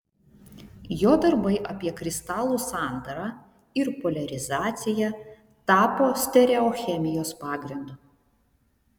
jo darbai apie kristalų sandarą ir poliarizaciją tapo stereochemijos pagrindu